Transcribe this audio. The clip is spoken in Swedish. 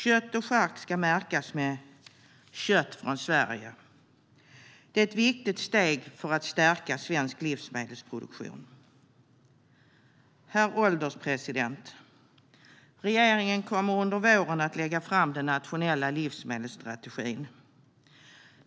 Kött och chark ska märkas med Kött från Sverige. Detta är ett viktigt steg för att stärka svensk livsmedelsproduktion. Herr ålderspresident! Regeringen kommer under våren att lägga fram den nationella livsmedelsstrategin.